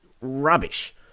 rubbish